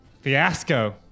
fiasco